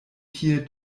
tie